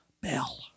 Bell